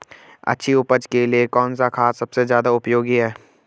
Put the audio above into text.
अच्छी उपज के लिए कौन सा खाद सबसे ज़्यादा उपयोगी है?